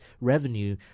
revenue